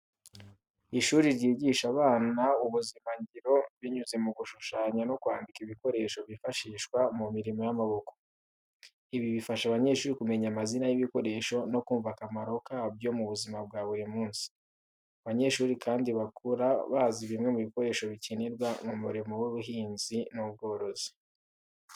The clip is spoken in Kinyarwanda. Ishuri ryigisha abana ubuzimangiro binyuze mu gushushanya no kwandika ibikoresho bifashishwa mu mirimo y’amaboko. Ibi bifasha abanyeshuri kumenya amazina y’ibikoresho no kumva akamaro kabyo mu buzima bwa buri munsi. Abanyeshuri kandi bakura bazi bimwe mu bikoresho bikenerwa mu murimo w'ubuhinzi n'ubworozi.